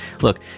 Look